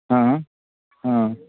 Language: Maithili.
हँ हँ